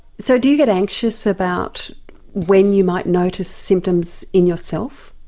so do you get anxious about when you might notice symptoms in yourself?